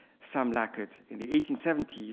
some lacquered. in the eighteen seventy s,